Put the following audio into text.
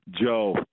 Joe